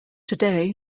today